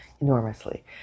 enormously